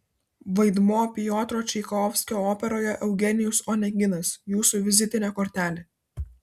vaidmuo piotro čaikovskio operoje eugenijus oneginas jūsų vizitinė kortelė